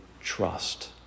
trust